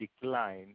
decline